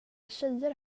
tjejer